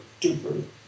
duper